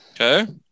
Okay